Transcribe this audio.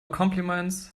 compliments